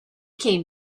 came